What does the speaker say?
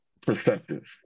perspective